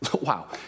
wow